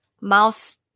Mouse